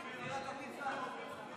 לוועדת הבריאות נתקבלה.